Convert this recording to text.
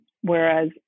Whereas